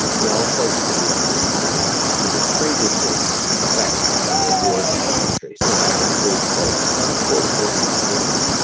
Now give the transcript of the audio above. we also see, and i alluded to this previously effects on reward circuitry. so that includes both subcortical regions,